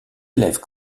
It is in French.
élèves